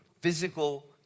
physical